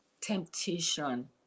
temptation